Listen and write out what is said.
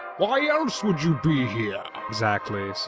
why else would you be here? exactly sir,